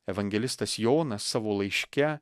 evangelistas jonas savo laiške